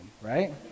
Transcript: right